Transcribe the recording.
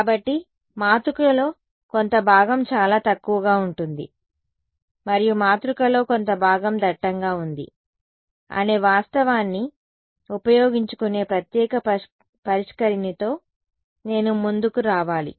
కాబట్టి మాతృకలో కొంత భాగం చాలా తక్కువగా ఉంటుంది మరియు మాతృకలో కొంత భాగం దట్టంగా ఉంది అనే వాస్తవాన్ని ఉపయోగించుకునే ప్రత్యేక పరిష్కరిణితో నేను ముందుకు రావాలి